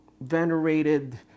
venerated